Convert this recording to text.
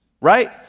Right